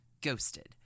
Ghosted